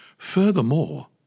Furthermore